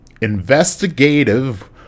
investigative